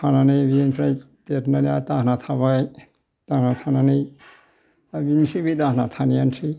थानानै बेनिफ्राइ आरो देरनानै दाहोना थाबाय दाहोना थानानै बेनोसै बे दाहोना थानाय आनोसै